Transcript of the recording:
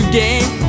game